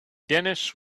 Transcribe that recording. dennis